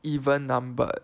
even numbered